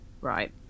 Right